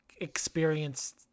experienced